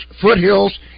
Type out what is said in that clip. Foothills